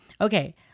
Okay